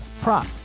prop